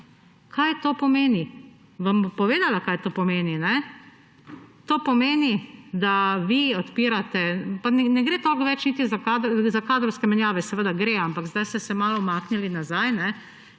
Kaj to pomeni? Vam bom povedala, kaj to pomeni. To pomeni, da vi odpirate, pa ne gre toliko več niti za kadrovske menjave, za kadrovske menjave seveda gre, ampak zdaj ste se malo umaknili nazaj, ker